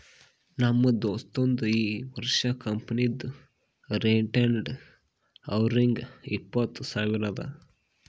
ನಮ್ ದೋಸ್ತದು ಈ ವರ್ಷ ಕಂಪನಿದು ರಿಟೈನ್ಡ್ ಅರ್ನಿಂಗ್ ಇಪ್ಪತ್ತು ಸಾವಿರ ಅದಾ